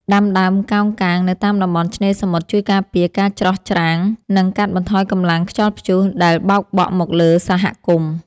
ដាំដើមកោងកាងនៅតាមតំបន់ឆ្នេរសមុទ្រជួយការពារការច្រោះច្រាំង និង កាត់បន្ថយកម្លាំងខ្យល់ព្យុះដែលបោកបក់មកលើសហគមន៍។